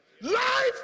Life